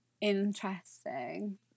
Interesting